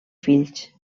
fills